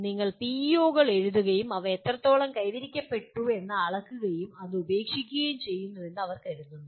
നിങ്ങൾ പിഇഒകൾ എഴുതുകയും അവ എത്രത്തോളം കൈവരിക്കപ്പെട്ടുവെന്ന് അളക്കുകയും അത് ഉപേക്ഷിക്കുകയും ചെയ്യുന്നുവെന്ന് അവർ പറയുന്നു